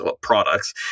products